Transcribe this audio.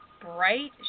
bright